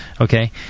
Okay